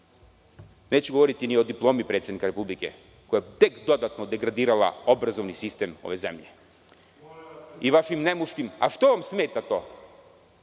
Neću govoriti ni o diplomi predsednika Republike koja je tek dodatno degradirala obrazovni sistem ove zemlje. Zašto vam smeta to?